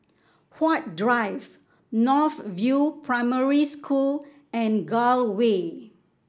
Huat Drive North View Primary School and Gul Way